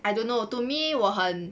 I don't know to me 我很